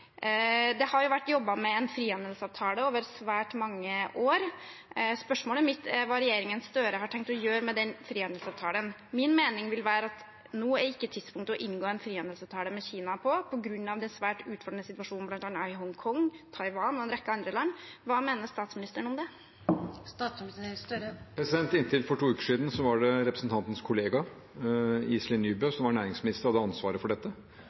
Det har vært jobbet med en frihandelsavtale over svært mange år, og spørsmålet mitt er hva regjeringen Støre har tenkt å gjøre med den frihandelsavtalen. Min mening vil være at nå er ikke tidspunktet for å inngå en frihandelsavtale med Kina på grunn av den svært utfordrende situasjonen bl.a. i Hongkong, Taiwan og en rekke andre land. Hva mener statsministeren om det? Inntil for to uker siden var det representantens kollega Iselin Nybø som var næringsminister og hadde ansvaret for dette.